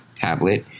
tablet